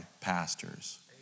pastors